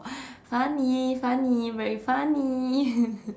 funny funny very funny